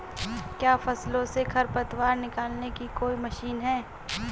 क्या फसलों से खरपतवार निकालने की कोई मशीन है?